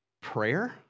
prayer